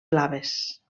blaves